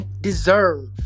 deserve